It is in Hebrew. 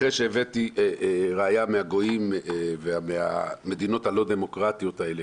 אחרי שהבאתי ראיה מהגויים ומהמדינות הלא דמוקרטיות האלה,